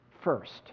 first